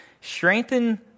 Strengthen